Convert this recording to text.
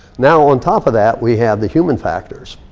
now on top of that, we have the human factors.